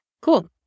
cool